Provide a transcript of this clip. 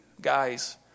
guys